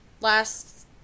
last